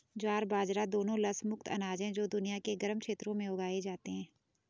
ज्वार बाजरा दोनों लस मुक्त अनाज हैं जो दुनिया के गर्म क्षेत्रों में उगाए जाते हैं